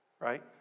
right